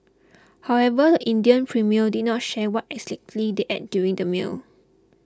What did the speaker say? however the Indian Premier did not share what exactly they ate during their meal